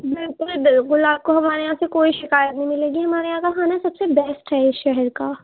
بالکل بالکل آپ کو ہمارے یہاں سے کوئی شکایت نہیں ملے گی ہمارے یہاں کا کھانا سب سے بیسٹ ہے اس شہر کا